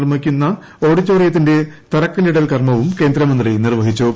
നിർമ്മിക്കുന്ന ക്യാമ്പസിൽ ഓഡിറ്റോറിയത്തിന്റെ തറക്കല്ലിടൽ കർമ്മവും കേന്ദ്രമന്ത്രി നിർവ്വഹിച്ചു